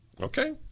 Okay